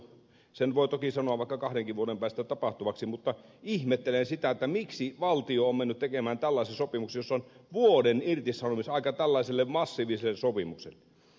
sen voi toki sanoa vaikka kahdenkin vuoden päästä tapahtuvaksi mutta ihmettelen sitä miksi valtio on mennyt tekemään tällaisen sopimuksen jossa on vuoden irtisanomisaika tällaiselle massiiviselle sopimukselle